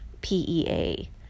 P-E-A